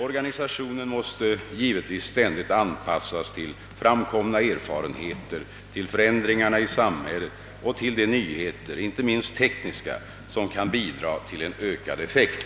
Organisationen måste givetvis ständigt anpassas till framkomna erfarenheter, till förändringarna i samhället och till de nyheter — inte minst tekniska — som kan bidra till en ökad effekt.